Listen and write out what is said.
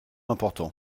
important